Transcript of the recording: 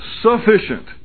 sufficient